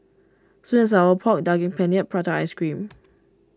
Sweet and Sour Pork Daging Penyet and Prata Ice Cream